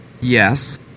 Yes